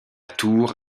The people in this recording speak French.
tour